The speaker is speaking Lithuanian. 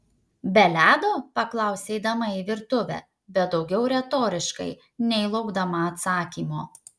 be ledo paklausė eidama į virtuvę bet daugiau retoriškai nei laukdama atsakymo